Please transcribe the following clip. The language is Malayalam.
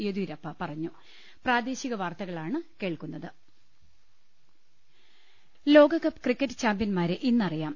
യെദ്യൂരപ്പ പറഞ്ഞു ലോകകപ്പ് ക്രിക്കറ്റ് ചാമ്പൃന്മാരെ ഇന്നറിയാം